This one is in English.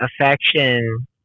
affection